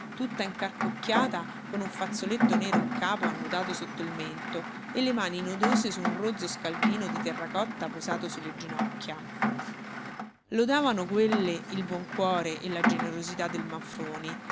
tutta inarcocchiata con un fazzoletto nero in capo annodato sotto il mento e le mani nodose su un rozzo scaldino di terracotta posato su le ginocchia lodavano quelle il buon cuore e la generosità del manfroni